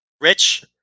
Rich